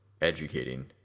educating